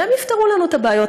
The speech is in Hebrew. והם יפתרו לנו את הבעיות.